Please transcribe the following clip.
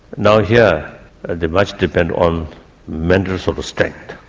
now here much depends on mental sort of strength,